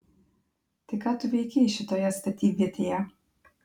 tai ką tu veikei šitoje statybvietėje